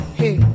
hey